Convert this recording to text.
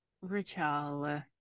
Rachel